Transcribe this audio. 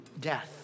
death